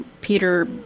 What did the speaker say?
Peter